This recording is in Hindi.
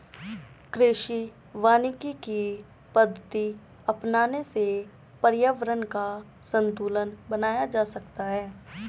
कृषि वानिकी की पद्धति अपनाने से पर्यावरण का संतूलन बनाया जा सकता है